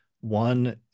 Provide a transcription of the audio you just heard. one